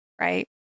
right